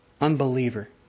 Unbeliever